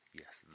yes